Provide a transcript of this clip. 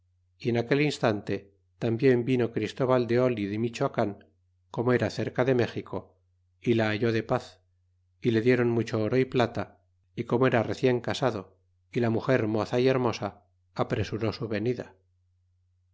y en aquel instante tarnbien vino christóbal de olide mechoacan como era cerca de méxico y la halló de paz y le dieron mucho oro y plata y como era recien casado y la muger moza y hermosa apresuró su venida